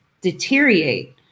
deteriorate